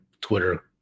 Twitter